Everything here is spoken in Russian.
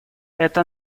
это